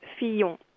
Fillon